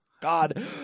God